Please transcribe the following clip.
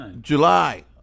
July